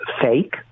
fake